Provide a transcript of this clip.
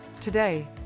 Today